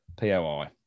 P-O-I